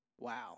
Wow